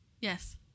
yes